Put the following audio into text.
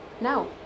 No